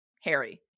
Harry